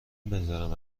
بذارم